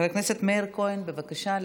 חבר הכנסת מאיר כהן, בבקשה.